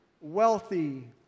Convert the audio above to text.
wealthy